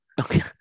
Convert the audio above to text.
Okay